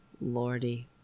Lordy